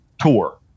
tour